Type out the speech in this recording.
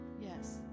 Yes